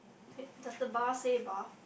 okay does the bar say bar